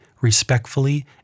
respectfully